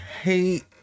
hate